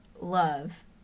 love